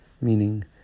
meaning